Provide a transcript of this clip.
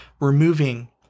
removing